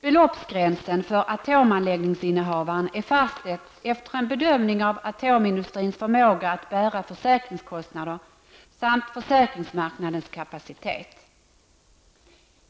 Beloppsgränsen för atomanläggningsinnehavaren är fastställd efter en bedömning av atomindustrins förmåga att bära försäkringskostnader samt försäkringsmarknadens kapacitet.